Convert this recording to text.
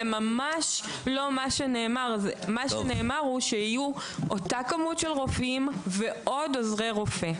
מה שנאמר זה שיהיו אותה כמות של רופאים ועוד עוזרי רופא.